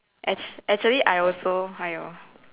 act~ actually I also !haiyo!